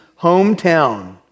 hometown